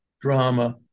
drama